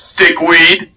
dickweed